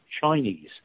Chinese